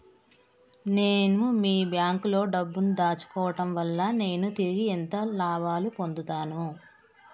నేను మీ బ్యాంకులో డబ్బు ను దాచుకోవటం వల్ల నేను తిరిగి ఎంత లాభాలు పొందుతాను?